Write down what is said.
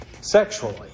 sexually